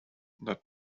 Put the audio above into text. not